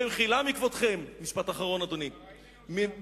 במחילה בכבודכם, משפט אחרון,